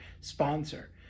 sponsor